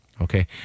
Okay